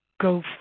go